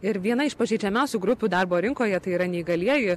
ir viena iš pažeidžiamiausių grupių darbo rinkoje tai yra neįgalieji